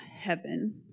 heaven